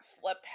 flip